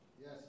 Yes